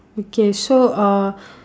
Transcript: okay so uh